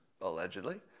allegedly